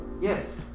Yes